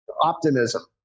optimism